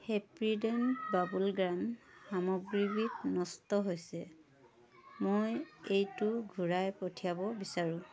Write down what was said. Happydent bubble gum সামগ্ৰীবিধ নষ্ট হৈছে মই এইটো ঘূৰাই পঠিয়াব বিচাৰোঁ